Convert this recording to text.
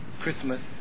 Christmas